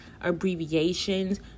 abbreviations